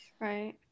Right